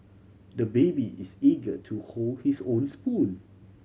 the baby is eager to hold his own spoon